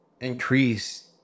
increase